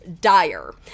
dire